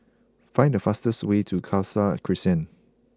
find the fastest way to Khalsa Crescent